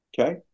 okay